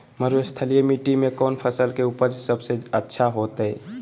मरुस्थलीय मिट्टी मैं कौन फसल के उपज सबसे अच्छा होतय?